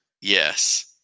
Yes